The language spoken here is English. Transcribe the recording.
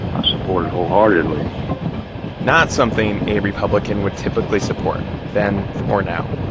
i support it wholeheartedly not something a republican would typically support, then or now.